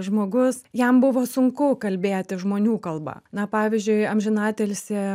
žmogus jam buvo sunku kalbėti žmonių kalba na pavyzdžiui amžinatilsį